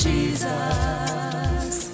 Jesus